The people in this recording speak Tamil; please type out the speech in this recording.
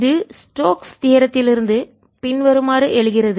இது ஸ்டோக்ஸ் தீயரத்திலிருந்து தேற்றம் பின்வருமாறு எழுகிறது